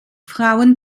frauen